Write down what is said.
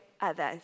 others